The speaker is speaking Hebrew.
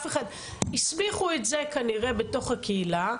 הסמיכו את זה כנראה בתוך הקהילה.